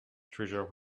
treasure